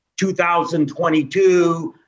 2022